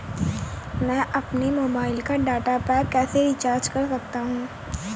मैं अपने मोबाइल का डाटा पैक कैसे रीचार्ज कर सकता हूँ?